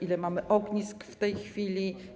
Ile mamy ognisk w tej chwili?